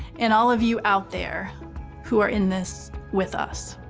and all of you out there who are in this with us.